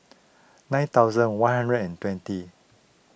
nine thousand one hundred and twenty